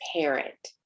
parent